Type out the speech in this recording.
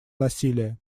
насилия